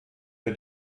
per